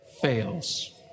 fails